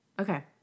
Okay